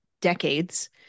decades